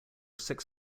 six